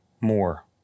more